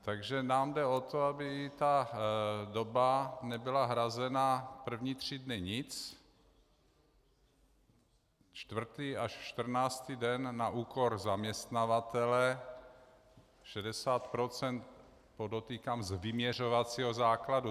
Takže nám jde o to, aby ta doba nebyla hrazena první tři dny nic, čtvrtý až čtrnáctý den na úkor zaměstnavatele 60 % podotýkám, z vyměřovacího základu.